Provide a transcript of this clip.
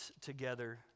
together